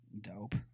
Dope